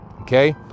okay